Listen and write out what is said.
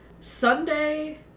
Sunday